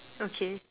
okay